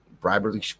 bribery